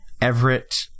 Everett